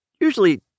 usually